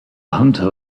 hunter